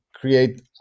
create